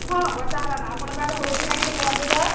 ହଁ ବର୍ଷା ହେଲାନ ଆପଣଙ୍କ ଆଡ଼େ ହଉଛି କି ନାହିଁ ଟିକେ କୁହନ୍ତୁ ତ